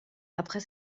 après